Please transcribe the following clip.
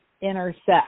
intersect